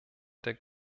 der